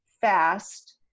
fast